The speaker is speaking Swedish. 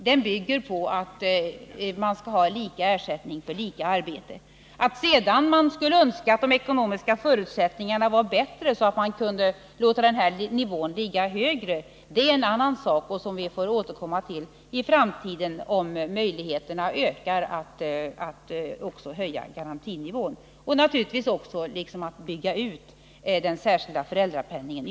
Den bygger på att man skall ha lika ersättning för lika arbete. Att man sedan skulle önska att de ekonomiska förutsättningarna var bättre så att man kunde ha en hög nivå är en annan sak. Det får vi återkomma till i framtiden om möjligheterna ökar att höja garantinivån liksom att ytterligare bygga ut den särskilda föräldrapenningen.